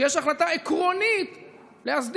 כי יש החלטה עקרונית להסדיר?